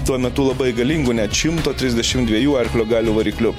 tuo metu labai galingų net šimto trisdešim dviejų arklio galių varikliu